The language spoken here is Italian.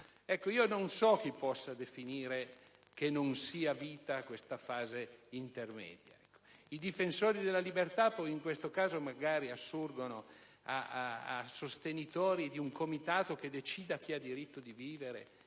Non so chi possa definire che non sia vita questa fase intermedia. I difensori della libertà, in questo caso magari, assurgono a sostenitori di un comitato che decida chi ha diritto di vivere